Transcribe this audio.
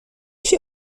چیز